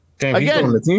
Again